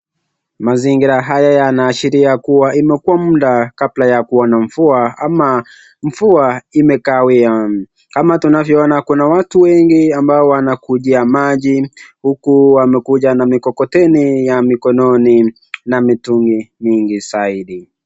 Mazingira haya yanaashiria kuwa imekuwa muda kabla ya kuwa na mvua ama mvua imekawia kama tunavyoona kuna watu wengi ambao wanakujia maji huku wamekuja na mikokoteni ya mikononi na mitungi mingi zaidi.